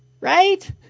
right